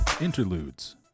Interludes